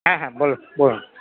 হ্যাঁ হ্যাঁ বলুন বলুন